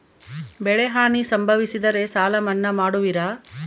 ಬೆಳೆಹಾನಿ ಸಂಭವಿಸಿದರೆ ಸಾಲ ಮನ್ನಾ ಮಾಡುವಿರ?